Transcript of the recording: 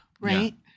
right